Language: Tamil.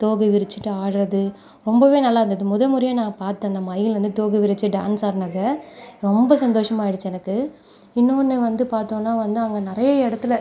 தோகையை விரிச்சுட்டு ஆடறது ரொம்பவே நல்லா இருந்தது முதல் முறையாக நான் பார்த்த அந்த மயில் வந்து தோகை விரிச்சு டான்ஸ் ஆடினதை ரொம்ப சந்தோஷமாயிடுச்சு எனக்கு இன்னொன்று வந்து பார்த்தோன்னா வந்து அங்கே நிறைய இடத்துல